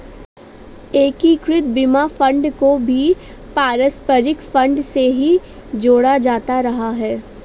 एकीकृत बीमा फंड को भी पारस्परिक फंड से ही जोड़ा जाता रहा है